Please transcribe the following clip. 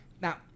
Now